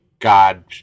God